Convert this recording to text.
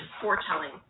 foretelling